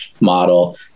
model